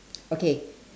okay